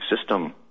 system